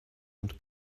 und